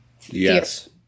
Yes